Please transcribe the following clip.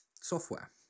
software